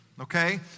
okay